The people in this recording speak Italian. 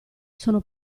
sono